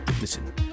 Listen